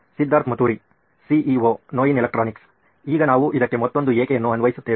Siddharth Mathuri CEO ನೋಯಿನ್ electronics ಈಗ ನಾವು ಇದಕ್ಕೆ ಮತ್ತೊಂದು "ಏಕೆ" ಅನ್ನು ಅನ್ವಯಿಸುತ್ತೇವೆ